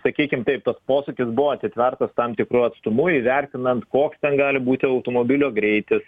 sakykim taip tas posūkis buvo atitvertas tam tikru atstumu įvertinant koks ten gali būti automobilio greitis